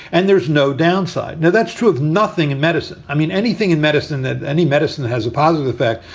and there's no downside. now, that's true of nothing in medicine. i mean, anything in medicine that. any medicine has a positive effect.